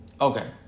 Okay